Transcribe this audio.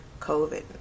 COVID